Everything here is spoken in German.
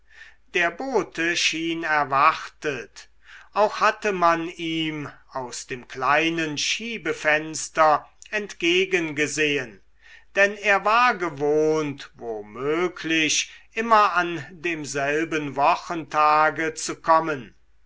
der bote schien erwartet auch hatte man ihm aus dem kleinen schiebefenster entgegengesehen denn er war gewohnt wo möglich immer an demselben wochentage zu kommen